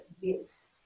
views